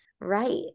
right